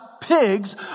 pigs